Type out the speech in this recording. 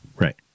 right